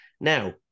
now